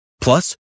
Plus